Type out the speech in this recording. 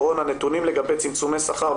נתונים לגבי צמצומי שכר,